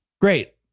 Great